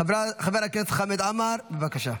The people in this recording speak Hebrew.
חבר הכנסת חמד עמאר, בבקשה.